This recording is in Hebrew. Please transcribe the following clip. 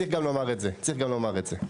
צריך לומר גם את זה.